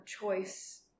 choice